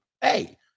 Hey